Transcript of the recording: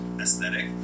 aesthetic